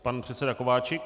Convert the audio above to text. Pan předseda Kováčik.